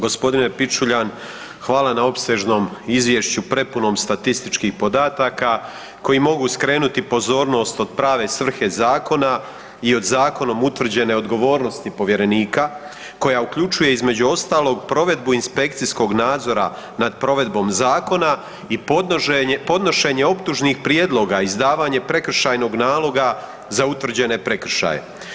G. Pičuljan, hvala na opsežnom izvješću prepunom statističkih podataka koji mogu skrenuti pozornost od prave svrhe zakona i od zakonom utvrđene odgovornosti povjerenika koja uključuje između ostalog provedbu inspekcijskog nadzora nad provedbom zakona i podnošenje optužnih prijedloga, izdavanje prekršajnog naloga za utvrđene prekršaje.